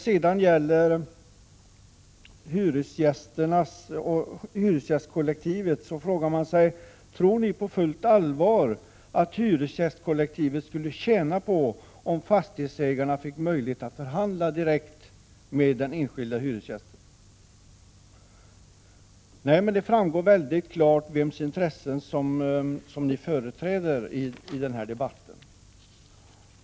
Sedan måste jag ställa frågan: Tror ni på fullt allvar att hyresgästkollektivet skulle tjäna på om fastighetsägarna fick möjlighet att förhandla direkt med den enskilde hyresgästen? Det framgår väldigt klart vems intressen som ni företräder i den här debatten.